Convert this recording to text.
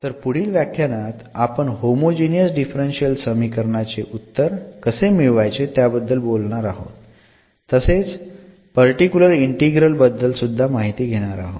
तर पुढील व्याख्यानात आपण होमोजिनियस डिफरन्शियल समीकरणाचे उत्तर कसे मिळवायचे त्याबद्दल बोलणार आहोत तसेच पर्टिक्युलर इंटीग्रल बद्दल सुद्धा माहिती घेणार आहोत